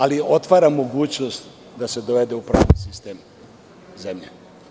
Ali, otvara mogućnost da se dovede u pravni sistem zemlje.